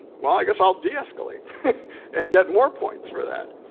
well i guess i'll deescalate and get more points for that.